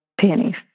pennies